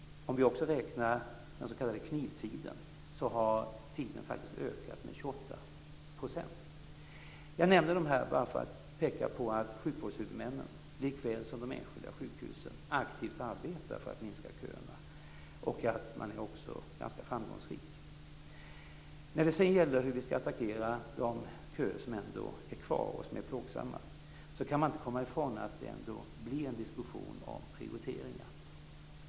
Om vi också räknar den s.k. knivtiden har den ökat med 28 %. Jag nämnde de här exemplen bara för att peka på att sjukvårdshuvudmännen, likväl som de enskilda sjukhusen, aktivt arbetar för att minska köerna och att man också är ganska framgångsrik. När det sedan gäller hur vi skall attackera de köer som ändå är kvar och som är plågsamma kan man inte komma ifrån att det ändå blir en diskussion om prioriteringar.